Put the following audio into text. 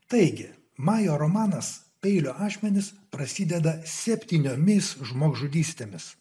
taigi man jo romanas peilio ašmenys prasideda septyniomis žmogžudystėmis